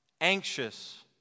anxious